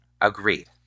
Agreed